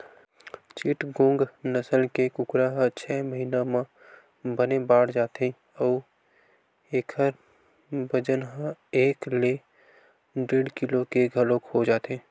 चिटगोंग नसल के कुकरा ह छय महिना म बने बाड़ जाथे अउ एखर बजन ह एक ले डेढ़ किलो के घलोक हो जाथे